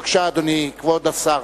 בבקשה, אדוני, כבוד השר.